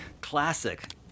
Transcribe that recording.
classic